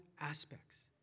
aspects